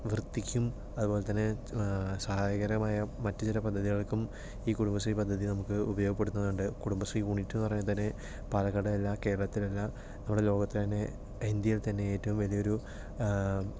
വൃത്തിക്കും അതുപോലെതന്നെ സഹായകരമായ മറ്റുചില പദ്ധതികൾക്കും ഈ കുടുംബശ്രീ പദ്ധതി നമുക്ക് ഉപയോഗപ്പെടുത്തുന്നുണ്ട് കുടുംബശ്രീ യൂണിറ്റെന്നു പറയുന്നത് തന്നെ പാലക്കാട് അല്ല കേരളത്തിലല്ല നമ്മുടെ ലോകത്തിൽതന്നെ ഇന്ത്യയിൽ തന്നെ ഏറ്റവും വലിയ ഒരു